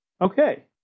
Okay